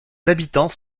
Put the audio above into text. habitants